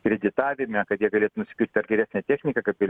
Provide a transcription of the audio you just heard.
kreditavime kad jie gali nuspirkt ar geresnę techniką kad galėtų